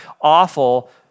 awful